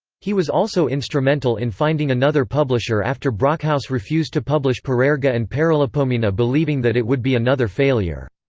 he was also instrumental in finding another publisher after brockhaus refused to publish parerga and paralipomena believing that it would be another failure.